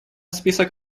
список